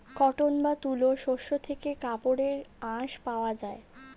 cotton বা তুলো শস্য থেকে কাপড়ের আঁশ পাওয়া যায়